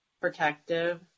protective